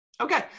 okay